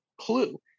clue